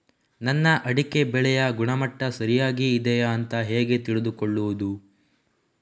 ನನ್ನ ಅಡಿಕೆ ಬೆಳೆಯ ಗುಣಮಟ್ಟ ಸರಿಯಾಗಿ ಇದೆಯಾ ಅಂತ ಹೇಗೆ ತಿಳಿದುಕೊಳ್ಳುವುದು?